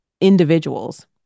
individuals